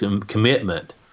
commitment